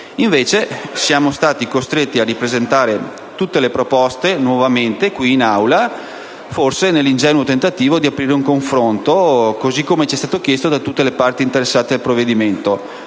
Invece, siamo stati costretti a ripresentare tutte le proposte nuovamente in Aula, forse nell'ingenuo tentativo di aprire un confronto, così come chiesto dalle parti interessate dal provvedimento,